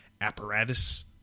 apparatus